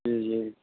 जी जी